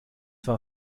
war